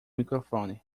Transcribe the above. microfone